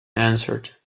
answered